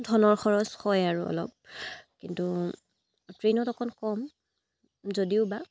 ধনৰ খৰচ হয় আৰু অলপ কিন্তু ট্ৰেইনত অকণ কম যদিও বা